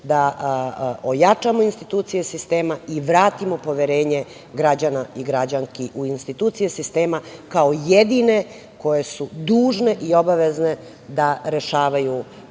da ojačamo institucije sistema i vratimo poverenje građana i građanki u institucije sistema, kao jedine koje su dužne i obavezne da rešavaju probleme